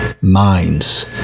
minds